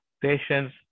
patience